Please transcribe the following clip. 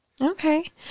Okay